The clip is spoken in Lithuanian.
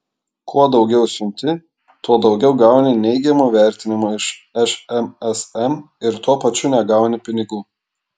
kuo daugiau siunti tuo daugiau gauni neigiamų vertinimų iš šmsm ir tuo pačiu negauni pinigų